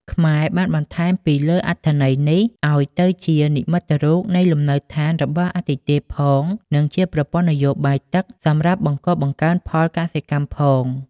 ខ្មែរ បានបន្ថែមពីលើអត្ថន័យ នេះ អោយទៅជានិមិត្តរូបនៃលំនៅឋានរបស់អាទិទេពផង និងជាប្រពន្ធ័នយោបាយទឹកសំរាប់បង្កបង្កើនផលកសិកម្មផងដែរ ។